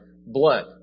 blood